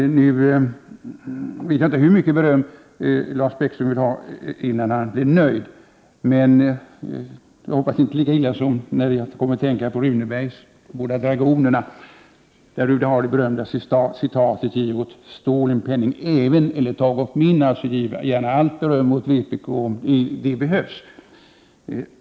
1988/89:124 hur mycket beröm Lars Bäckström vill ha innan han är nöjd, men jag 30 maj 1989 kommer att tänka på Runebergs båda dragoner med det berömda citatet: ”Giv åt Stål en penning även eller tag ock min.” Jag ger gärna allt beröm åt vpk om det behövs.